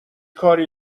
کاری